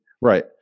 Right